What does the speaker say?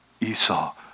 Esau